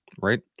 right